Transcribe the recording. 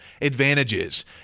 advantages